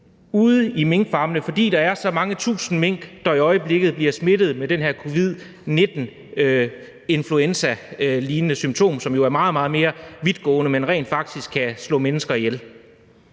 ude i minkfarmene, fordi der er så mange tusind mink, der i øjeblikket bliver smittet med den her covid-19 med influenzalignende symptomer, men som jo er meget, meget mere vidtgående og rent faktisk kan slå mennesker ihjel.